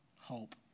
hope